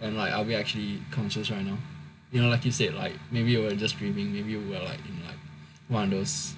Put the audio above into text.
and like are we actually conscious right now you know like you said like maybe we're just dreaming maybe we're like you know like one of those